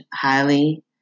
highly